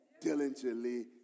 diligently